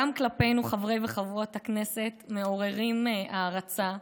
גם כלפינו, חברי וחברות הכנסת, מעורר הערצה.